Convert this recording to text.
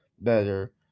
better